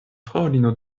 fraŭlino